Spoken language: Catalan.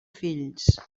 fills